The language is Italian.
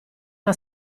una